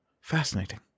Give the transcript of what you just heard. Fascinating